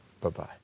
Bye-bye